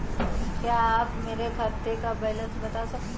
क्या आप मेरे खाते का बैलेंस बता सकते हैं?